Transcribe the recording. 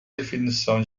definição